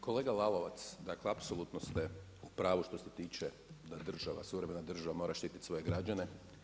Kolega Lalovac, dakle apsolutno ste u pravu što se tiče da država, suvremena država mora štititi svoje građane.